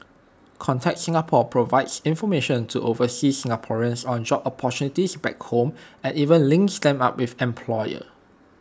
contact Singapore provides information to overseas Singaporeans on job opportunities back home and even links them up with employers